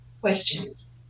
questions